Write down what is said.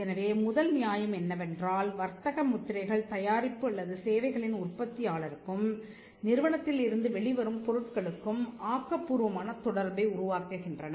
எனவே முதல் நியாயம் என்னவென்றால் வர்த்தக முத்திரைகள் தயாரிப்பு அல்லது சேவைகளின் உற்பத்தியாளருக்கும் நிறுவனத்தில் இருந்து வெளிவரும் பொருட்களுக்கும் ஆக்கபூர்வமான தொடர்பை உருவாக்குகின்றன